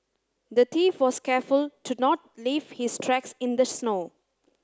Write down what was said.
the thief was careful to not leave his tracks in the snow